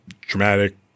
dramatic